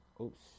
Oops